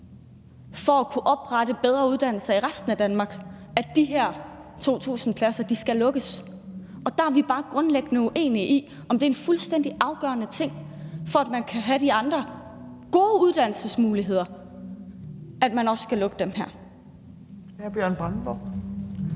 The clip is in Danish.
for at kunne oprette bedre uddannelser i resten af Danmark er en kerneting, at de her 2.000 pladser skal lukkes. Der er vi bare grundlæggende uenige om, om det er en fuldstændig afgørende ting, at man, for at man kan have de andre gode uddannelsesmuligheder, også skal lukke dem her.